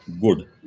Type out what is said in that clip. good